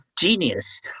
genius